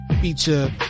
Feature